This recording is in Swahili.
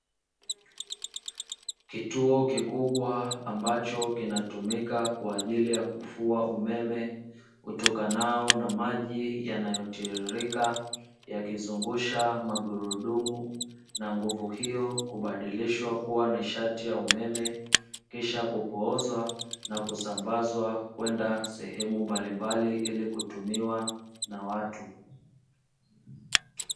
Kituo kikubwa ambacho kinatumika kwa ajili ulya kufua umeme utokanao na maji yanayotirirrika yakizungusha magurudumu na nguvu hiyo kubadilishwa kuwa nishati ya umeme, kisha kupoozwa na kusambazwa kwenda sehemu mbalimbali ili kutumiwa na watu.